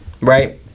right